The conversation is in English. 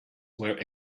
were